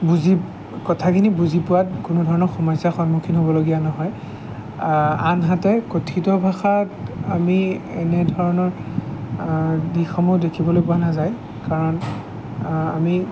বুজি কথাখিনি বুজি পোৱাত কোনো ধৰণৰ সমস্যাৰ সন্মুখীন হ'বলগীয়া নহয় আনহাতে কথিত ভাষাত আমি এনেধৰণৰ দিশসমূহ দেখিবলৈ পোৱা নাযায় কাৰণ আমি